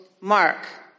Mark